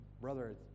Brother